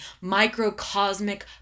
microcosmic